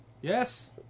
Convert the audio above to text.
Yes